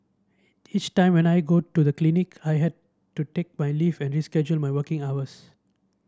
each time when I go to the clinic I had to take my leave and reschedule my working hours